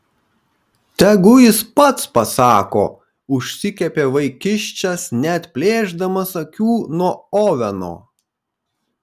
tegu jis pats pasako užsikepė vaikiščias neatplėšdamas akių nuo oveno